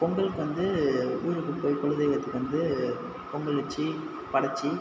பொங்கலுக்கு வந்து வீரப்பன் கோவில் குலதெய்வத்துக்கு வந்து பொங்கல் வச்சு படச்சு